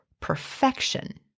perfection